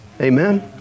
Amen